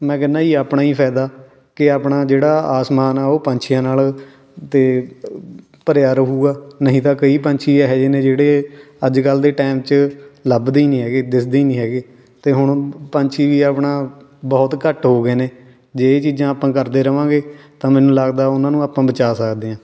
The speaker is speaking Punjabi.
ਮੈਂ ਕਹਿੰਦਾ ਜੀ ਆਪਣਾ ਹੀ ਫਾਇਦਾ ਕਿ ਆਪਣਾ ਜਿਹੜਾ ਆਸਮਾਨ ਆ ਉਹ ਪੰਛੀਆਂ ਨਾਲ 'ਤੇ ਭਰਿਆ ਰਹੂਗਾ ਨਹੀਂ ਤਾਂ ਕਈ ਪੰਛੀ ਇਹੋ ਜਿਹੇ ਨੇ ਜਿਹੜੇ ਅੱਜ ਕੱਲ੍ਹ ਦੇ ਟਾਈਮ 'ਚ ਲੱਭਦੇ ਹੀ ਨਹੀਂ ਹੈਗੇ ਦਿਸਦੇ ਹੀ ਨਹੀਂ ਹੈਗੇ ਅਤੇ ਹੁਣ ਪੰਛੀ ਵੀ ਆਪਣਾ ਬਹੁਤ ਘੱਟ ਹੋ ਗਏ ਨੇ ਜੇ ਇਹ ਚੀਜ਼ਾਂ ਆਪਾਂ ਕਰਦੇ ਰਵਾਂਗੇ ਤਾਂ ਮੈਨੂੰ ਲੱਗਦਾ ਉਹਨਾਂ ਨੂੰ ਆਪਾਂ ਬਚਾ ਸਕਦੇ ਹਾਂ